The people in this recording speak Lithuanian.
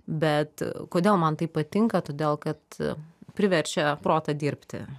bet kodėl man tai patinka todėl kad priverčia protą dirbti